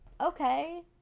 okay